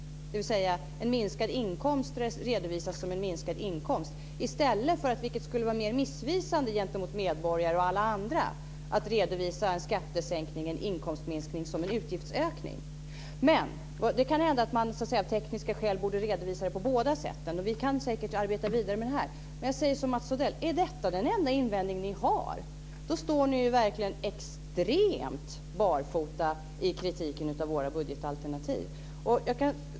En minskad inkomst redovisas som en minskad inkomst i stället för att en skattesänkning, en inkomstminskning, redovisas som en utgiftsökning, vilket skulle vara mer missvisande gentemot medborgare och alla andra. Det kan hända att man av tekniska skäl borde redovisa det på båda sätten. Vi kan säkert arbeta vidare med det här. Men jag säger som Mats Odell: Är detta den enda invändning ni har? Då står ni ju verkligen extremt barfota i er kritik av våra budgetalternativ.